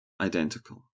identical